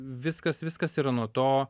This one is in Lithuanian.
viskas viskas yra nuo to